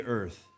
earth